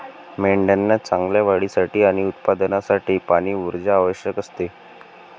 मेंढ्यांना चांगल्या वाढीसाठी आणि उत्पादनासाठी पाणी, ऊर्जा आवश्यक असते